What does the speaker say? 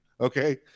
okay